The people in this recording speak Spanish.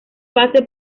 base